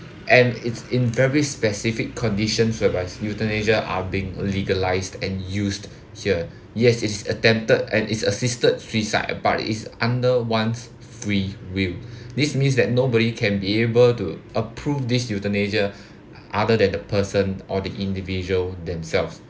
and it's in very specific conditions whereby euthanasia are being legalised and used here yes it's attempted and it's assisted suicide apart is under one's free will this means that nobody can be able to approve this euthanasia other than the person or the individual themselves